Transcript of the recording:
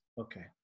Okay